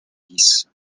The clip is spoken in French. bis